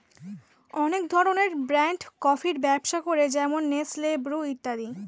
অনেক ধরনের ব্র্যান্ড কফির ব্যবসা করে যেমন নেসলে, ব্রু ইত্যাদি